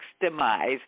demise